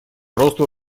росту